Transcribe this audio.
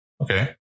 Okay